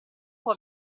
può